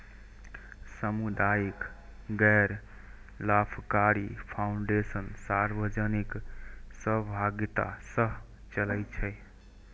सामुदायिक गैर लाभकारी फाउंडेशन सार्वजनिक सहभागिता सं चलै छै